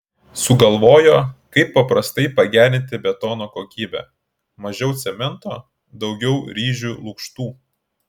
sugalvojo kaip paprastai pagerinti betono kokybę mažiau cemento daugiau ryžių lukštų